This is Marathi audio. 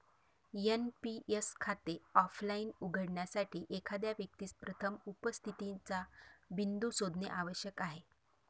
एन.पी.एस खाते ऑफलाइन उघडण्यासाठी, एखाद्या व्यक्तीस प्रथम उपस्थितीचा बिंदू शोधणे आवश्यक आहे